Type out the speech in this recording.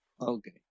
Okay